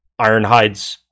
Ironhides